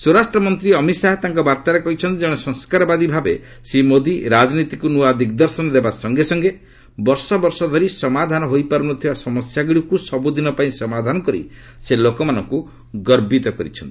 ସ୍ୱରାଷ୍ଟ୍ରମନ୍ତ୍ରୀ ଅମିତଶାହା ତାଙ୍କ ବାର୍ତ୍ତାରେ କହିଛନ୍ତି ଜଣେ ସଂସ୍କାରବାଦୀ ଭାବେ ଶ୍ରୀ ମୋଦି ରାଜନୀତିକୁ ନ୍ତ୍ରଆ ଦିଗ୍ଦର୍ଶନ ଦେବା ସଙ୍ଗେ ସଙ୍ଗେ ବର୍ଷବର୍ଷ ଧରି ସମାଧାନ ହୋଇପାରୁନଥିବା ସମସ୍ୟାଗୁଡ଼ିକୁ ସବୁଦିନ ପାଇଁ ସମାଧାନ କରି ସେ ଲୋକମାନଙ୍କୁ ଗର୍ବିତ କରିଛନ୍ତି